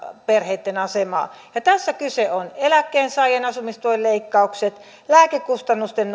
perheitten asemaa tässä kyse on eläkkeensaajan asumistuen leikkauksista lääkekustannusten